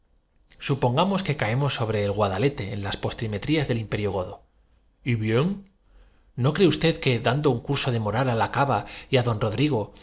supongamos que caemos sobre el guadalete en las postrimerías del imperio godo y bien no cree usted que dando un curso de moral á la cava y á don rodrigo